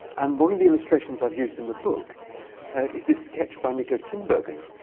and one of the illustrations i've used in the book is this sketch by niko tinbergen,